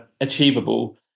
achievable